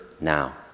now